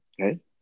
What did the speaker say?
okay